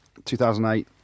2008